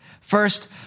First